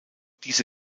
diese